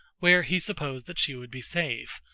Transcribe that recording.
where he supposed that she would be safe,